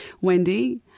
Wendy